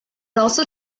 also